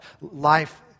life